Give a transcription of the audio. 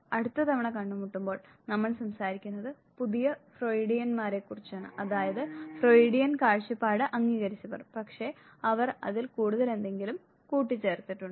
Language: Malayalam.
അടുത്ത തവണ കണ്ടുമുട്ടുമ്പോൾ നമ്മൾ സംസാരിക്കുന്നത് പുതിയ ഫ്രോയിഡിയൻമാരെക്കുറിച്ചാണ് അതായത് ഫ്രോയിഡിയൻ കാഴ്ചപ്പാട് അംഗീകരിച്ചവർ പക്ഷേ അവർ അതിൽ കൂടുതൽ എന്തെങ്കിലും കൂട്ടിച്ചേർത്തിട്ടുണ്ട്